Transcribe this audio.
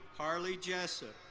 harley jessup,